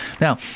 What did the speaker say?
Now